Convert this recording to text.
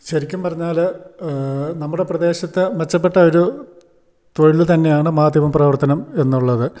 ശരിക്കും പറഞ്ഞാൽ നമ്മുടെ പ്രദേശത്തെ മെച്ചപ്പെട്ട ഒരു തൊഴിൽ തന്നെയാണ് മാധ്യമപ്രവർത്തനം എന്നുള്ളത്